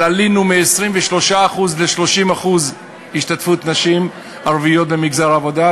עלינו מ-23% ל-30% השתתפות נשים ערביות במגזר העבודה,